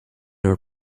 are